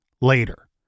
later